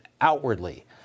outwardly